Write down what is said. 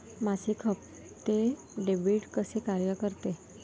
मासिक हप्ते, डेबिट कसे कार्य करते